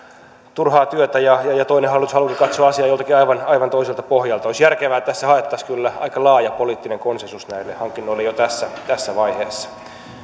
turhaa työtä ja toinen hallitus haluaisi katsoa asiaa joltain aivan aivan toiselta pohjalta olisi järkevää että tässä haettaisiin kyllä aika laaja poliittinen konsensus näille hankinnoille jo tässä tässä vaiheessa